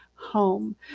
home